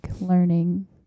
learning